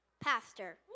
Pastor